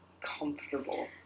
comfortable